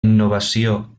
innovació